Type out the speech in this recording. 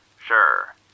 Sure